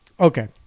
okay